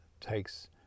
takes